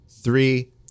three